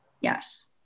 Yes